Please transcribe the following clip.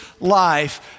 life